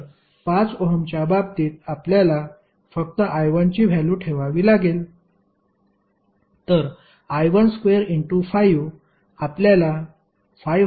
तर 5 ओहमच्या बाबतीत आपल्याला फक्त I1 ची व्हॅल्यू ठेवावी लागेल तर I12 आपल्याला 579